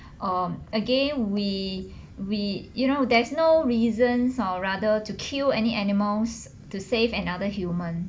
or again we we you know there's no reasons or rather to kill any animals to save another human